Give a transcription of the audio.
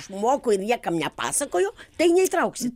aš moku ir niekam nepasakoju tai neįtrauksit